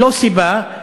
לא סיבה.